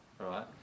right